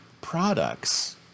products